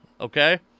okay